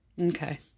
Okay